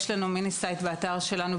יש לנו Minisite באתר שלנו,